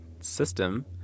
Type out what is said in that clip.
system